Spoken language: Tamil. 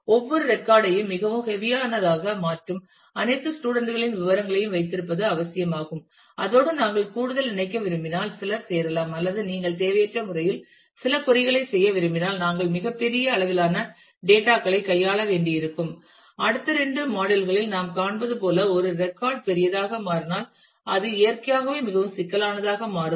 ஒவ்வொரு ரெக்கார்ட் ஐயும் மிகவும் ஹெவி ஆனதாக மாற்றும் அனைத்து ஸ்டூடண்ட் களின் விவரங்களையும் வைத்திருப்பது அவசியமாகும் அதோடு நாங்கள் கூடுதல் இணைக்க விரும்பினால் சிலர் சேரலாம் அல்லது நீங்கள் தேவையற்ற முறையில் சில கொறி களை செய்ய விரும்பினால் நாங்கள் மிகப் பெரிய அளவிலான டேட்டா களைக் கையாள வேண்டியிருக்கும் அடுத்த இரண்டு மாடியுல் களில் நாம் காண்பது போல ஒரு ரெக்கார்ட் பெரியதாக மாறினால் அது இயற்கையாகவே மிகவும் சிக்கலானதாக மாறும்